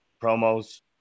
promos